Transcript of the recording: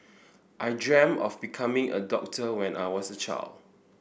I dreamt of becoming a doctor when I was a child